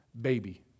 baby